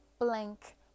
blank